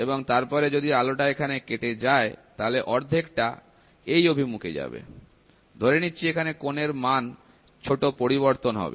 এবং তারপরে যদি আলোটা এখানে কেটে যায় তাহলে অর্ধেকটা এই অভিমুখে যাবে ধরে নিচ্ছি এখানে কোণের মান ছোট পরিবর্তন হবে